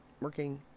working